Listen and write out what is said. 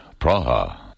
Praha